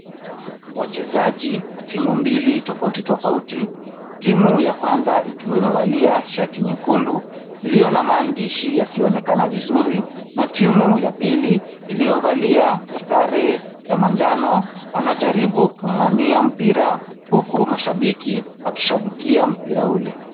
Wachezaji wa timu mbili tofauti tofauti. Timu ya kwanza ikiwa imevalia shati nyekundu iliyo na maandishi yasiyoonekana vizuri na timu ya pili iliyovalia sare ya manjano, wanajaribu kung'ang'ania mpira huku mashabiki wakishabikia mpira ule.